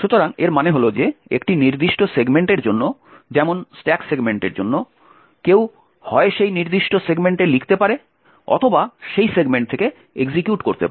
সুতরাং এর মানে হল যে একটি নির্দিষ্ট সেগমেন্টের জন্য যেমন স্ট্যাক সেগমেন্টের জন্য কেউ হয় সেই নির্দিষ্ট সেগমেন্টে লিখতে পারে অথবা সেই সেগমেন্ট থেকে এক্সিকিউট করতে পারে